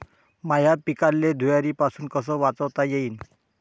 माह्या पिकाले धुयारीपासुन कस वाचवता येईन?